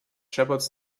shepherds